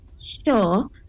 Sure